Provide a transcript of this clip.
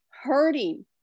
hurting